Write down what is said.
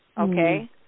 Okay